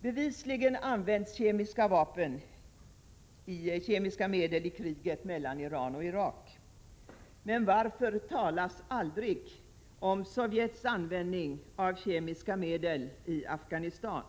Bevisligen används kemiska medel i kriget mellan Iran och Irak. Men varför talas det aldrig om Sovjets användning av kemiska medel i Afghanistan?